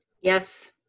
Yes